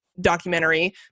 documentary